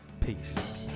Peace